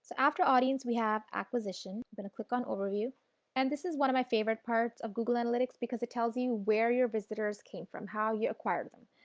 after audience we have acquisition. we but click on overview and this is one of my favorite parts of google analytics because it tells you where your visitors came from, how you acquired them.